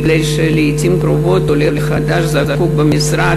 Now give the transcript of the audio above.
כי לעתים קרובות עולה חדש זקוק למשרד